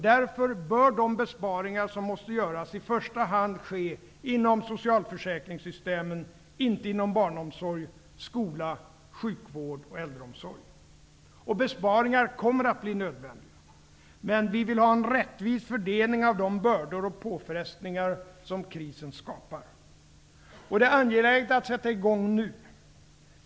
Därför bör de besparingar som måste göras i första hand ske inom socialförsäkringssystemen -- inte inom barnomsorg, skola, sjukvård och äldreomsorg. Besparingar kommer att bli nödvändiga. Men vi vill ha en rättvis fördelning av de bördor och påfrestningar som krisen skapar. Det är angeläget att sätta i gång nu.